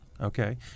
Okay